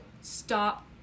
Stop